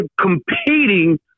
competing